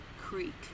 creek